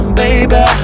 baby